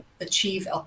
achieve